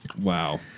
Wow